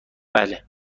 بله